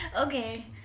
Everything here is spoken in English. Okay